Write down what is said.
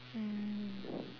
mm